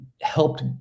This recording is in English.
helped